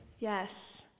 Yes